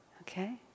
okay